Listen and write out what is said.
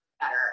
better